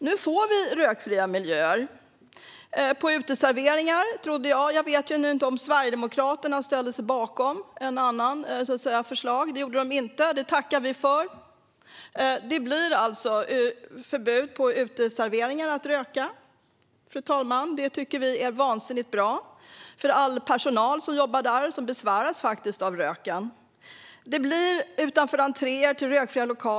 Nu får vi rökfria miljöer på uteserveringar. Det var i alla fall vad jag trodde, men jag vet inte om Sverigedemokraterna ställer sig bakom något annat förslag. Jag ser nu här i kammaren att ni inte gjorde det, så det tackar vi för! Det blir alltså förbud mot att röka på uteserveringar, fru talman. Det tycker vi är vansinnigt bra för all personal som jobbar där och som besväras av röken. Det blir rökfritt utanför entréer till offentliga lokaler.